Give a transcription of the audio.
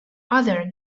other